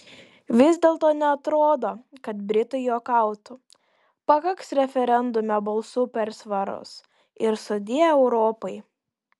vis dėlto neatrodo kad britai juokautų pakaks referendume balsų persvaros ir sudie europai